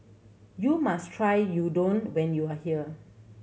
you must try Udon when you are here